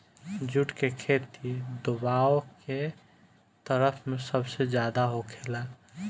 जुट के खेती दोवाब के तरफ में सबसे ज्यादे होखेला